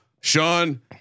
Sean